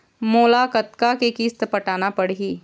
मोला कतका के किस्त पटाना पड़ही?